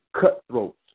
cutthroats